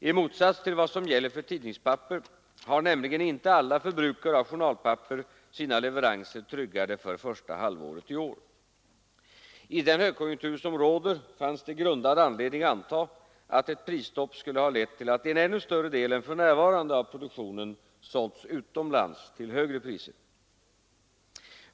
I motsats till vad som gäller för tidningspapper har nämligen inte alla förbrukare av journalpapper sina leveranser tryggade för första halvåret i år. I den högkonjunktur som råder fanns det grundad anledning anta att ett prisstopp skulle ha lett till att en ännu större del än för närvarande av produktionen sålts utomlands till högre priser.